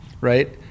right